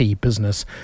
business